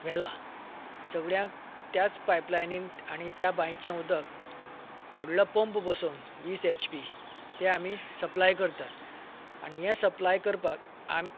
व्हेला सगळ्यांक त्याच पायपलायनींत आनी त्या बांयचे उदक व्हडलो पंप बसोवन वीस एच पी तें आमी सप्लाय करतात आनी हें सप्लाय करपाक आमी